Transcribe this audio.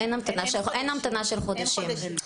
אין המתנה של חודשים.